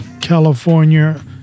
California